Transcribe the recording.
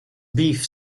beef